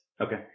Okay